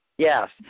Yes